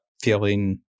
feeling